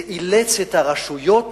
זה אילץ את הרשויות